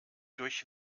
durch